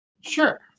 Sure